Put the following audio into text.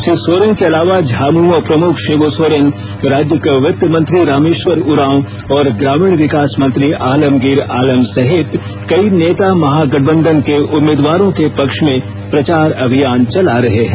श्री सोरेन के अलावा झामुमो प्रमुख शिब् सोरेन राज्य के वित्त मंत्री रामेश्वर उरांव और ग्रामीण विकास मंत्री आलमगीर आलम सहित कई नेता महागठबंधन के उम्मीदवारों के पक्ष में प्रचार अभियान चला रहे हैं